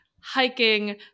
hiking